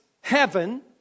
heaven